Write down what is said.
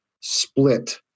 split